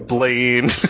Blaine